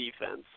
defense